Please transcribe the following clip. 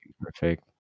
perfect